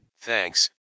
Thanks